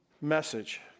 message